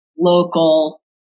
local